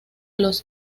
los